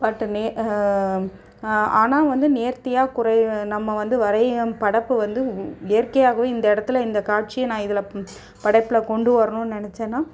பட்டு நே ஆனால் வந்து நேர்த்தியாக குறை நம்ம வந்து வரையும் படைப்பு வந்து உ இயற்கையாகவே இந்த இடத்துல இந்த காட்சியை நான் இதில் படைப்பில் கொண்டு வரணும்னு நினைச்சேன்னா